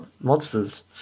monsters